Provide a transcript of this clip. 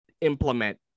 implement